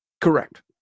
Correct